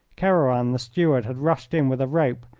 kerouan, the steward, had rushed in with a rope,